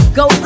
go